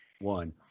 One